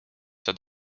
saad